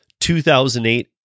2008